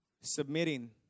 Submitting